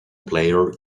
player